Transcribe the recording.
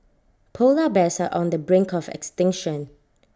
Polar Bears are on the brink of extinction